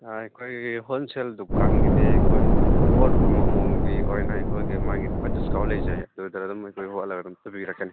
ꯑꯥ ꯑꯩꯈꯣꯏꯒꯤ ꯍꯣꯜꯁꯦꯜ ꯗꯨꯀꯥꯟꯒꯤꯗꯤ ꯑꯩꯈꯣꯏ ꯄꯣꯠ ꯑꯃꯃꯝꯒꯤ ꯑꯣꯏꯅ ꯑꯩꯈꯣꯏꯒꯤ ꯃꯥꯒꯤ ꯗꯤꯁꯀꯥꯎꯟ ꯂꯩꯖꯩꯌꯦ ꯑꯗꯨꯗ ꯑꯗꯨꯝ ꯑꯩꯈꯣꯏ ꯍꯣꯠꯂꯒ ꯑꯗꯨꯝ ꯄꯤꯕꯤꯔꯛꯀꯅꯤ